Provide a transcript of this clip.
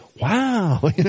Wow